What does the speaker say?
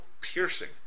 piercing